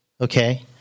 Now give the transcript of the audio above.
Okay